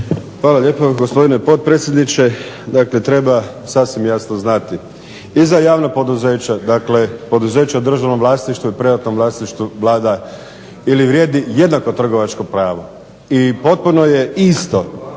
Hvala lijepo gospodine potpredsjedniče. Dakle, treba sasvim jasno znati i za javna poduzeća, dakle poduzeća u državnom vlasništvu i privatnom vlasništvu vlada ili vrijedi jednako trgovačko pravo. I potpuno je isto